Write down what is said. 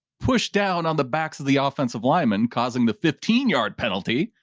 push down on the backs of the offensive linemen causing the fifteen yard penalty,